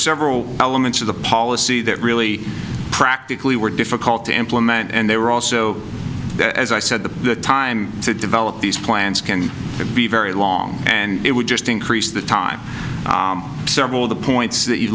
several elements of the policy that really practically were difficult to implement and there were also as i said the time to develop these plans can be very long and it would just increase the time several of the points that you